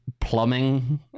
plumbing